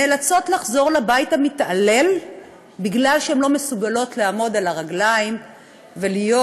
נאלצות לחזור לבית המתעלל בגלל שהן לא מסוגלות לעמוד על הרגליים ולהיות